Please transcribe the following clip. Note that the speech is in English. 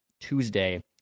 Tuesday